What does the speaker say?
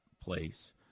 place